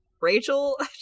rachel